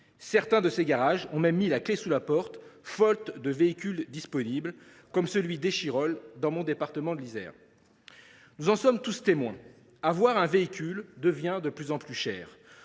Certains de ces garages ont même mis la clé sous la porte, faute de véhicules disponibles, comme celui d’Échirolles, dans mon département de l’Isère. Nous en sommes tous témoins : avoir un véhicule devient de plus en plus cher,